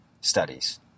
studies